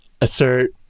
assert